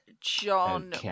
John